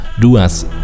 Duas